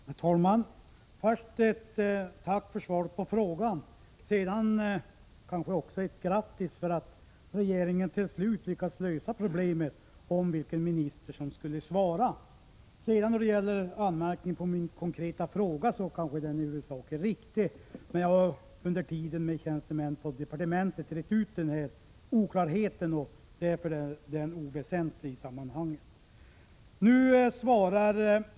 Herr talman! Först ett tack för svaret på frågan — och kanske också ett grattis till regeringen för att den till slut lyckats lösa problemet med vilken minister som skulle svara. Anmärkningen på min konkreta fråga är nog i huvudsak riktig. Under tiden har jag emellertid rett ut oklarheten med tjänstemän på departementet, och därför är anmärkningen oväsentlig i detta sammanhang.